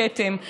כתם, כתם.